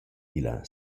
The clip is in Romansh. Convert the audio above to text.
illa